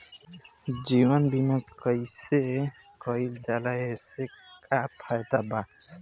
जीवन बीमा कैसे कईल जाला एसे का फायदा बा?